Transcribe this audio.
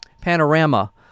panorama